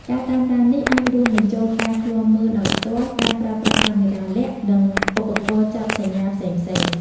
ការតាមដាននេះអាចរួមបញ្ចូលការឃ្លាំមើលដោយផ្ទាល់ ការប្រើប្រាស់កាមេរ៉ាលាក់ និងឧបករណ៍ចាប់សញ្ញាផ្សេងៗ។